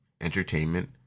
entertainment